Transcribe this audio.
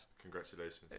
congratulations